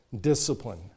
discipline